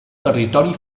territori